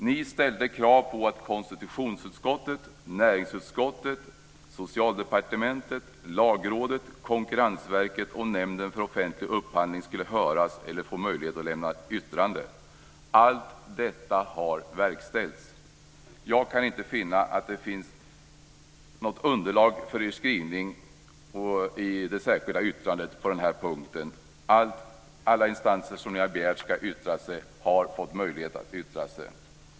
Ni ställde krav på att konstitutionsutskottet, näringsutskottet, Socialdepartementet, Lagrådet, Konkurrensverket och Nämnden för offentlig upphandling skulle höras eller få möjlighet att lämna yttrande. Allt detta har verkställts. Jag kan inte finna att det finns något underlag för er skrivning i det särskilda yttrandet på den punkten. Alla instanser som ni har begärt ska yttra sig har fått möjlighet att yttra sig.